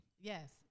Yes